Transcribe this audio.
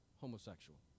homosexual